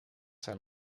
zijn